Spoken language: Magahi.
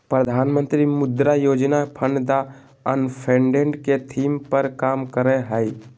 प्रधानमंत्री Mudra Yojana fund the unfunded के थीम पर काम करय हइ